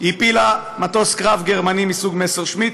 היא הפילה מטוס קרב גרמני מסוג מסרשמיט,